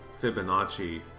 Fibonacci